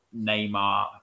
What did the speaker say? Neymar